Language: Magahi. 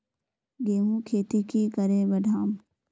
गेंहू खेती की करे बढ़ाम?